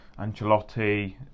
Ancelotti